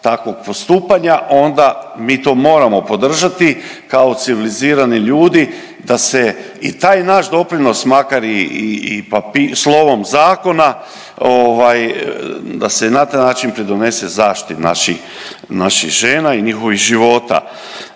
takvog postupanja onda mi to moramo podržati kao civilizirani ljudi da se i taj naš doprinos makar i i pap… slovom zakona ovaj da se i na taj način pridonese zaštiti naših, naših žena i njihovih života.